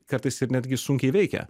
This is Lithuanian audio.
kartais ir netgi sunkiai veikia